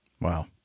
Wow